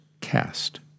cast